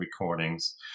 recordings